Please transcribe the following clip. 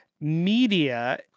media